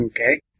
Okay